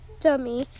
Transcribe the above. dummy